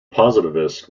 positivist